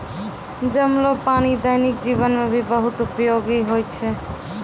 जमलो पानी दैनिक जीवन मे भी बहुत उपयोगि होय छै